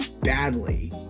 Badly